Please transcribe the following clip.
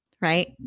right